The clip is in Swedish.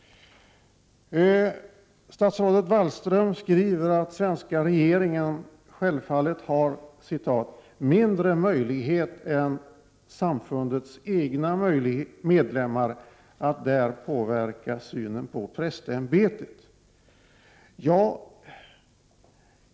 Statsrådet Wallström säger att den svenska regeringen självfallet har ”mindre möjligheter än samfundets egna medlemmar att där påverka synen på prästämbetet”.